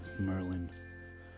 Merlin